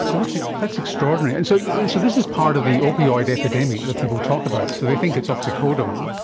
so that's that's extraordinary, and so so this is part of the opioid epidemic that people talk about, so they think it's oxycodone,